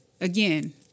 again